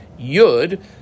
yud